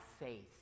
faith